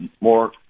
more